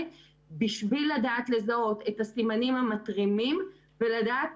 בשביל לדעת לזהות את הסימנים המתרימים ולדעת